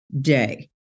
day